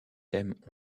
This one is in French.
thèmes